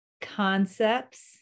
concepts